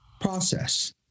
process